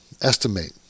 estimate